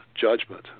judgment